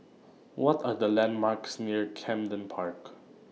What Are The landmarks near Camden Park